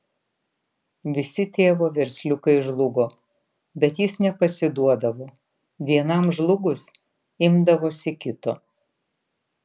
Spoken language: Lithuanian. visi tėvo versliukai žlugo bet jis nepasiduodavo vienam žlugus imdavosi kito